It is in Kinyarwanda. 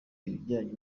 ibijyanye